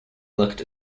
looked